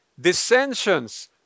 dissensions